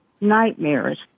nightmares